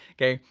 okay?